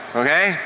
okay